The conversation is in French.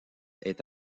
est